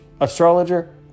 astrologer